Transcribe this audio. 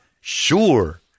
sure